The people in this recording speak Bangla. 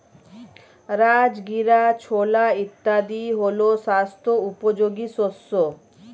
রাজগীরা, ছোলা ইত্যাদি হল স্বাস্থ্য উপযোগী শস্য